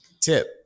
tip